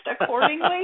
accordingly